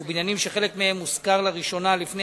ובניינים שחלק מהם הושכר לראשונה לפני